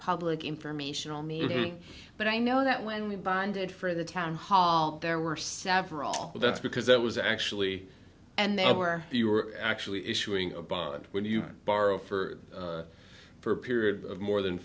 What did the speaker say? public informational meeting but i know that when we bonded for the town hall there were several but that's because that was actually and they were you were actually issuing a bond when you borrow for for a period of more than